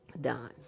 done